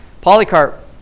Polycarp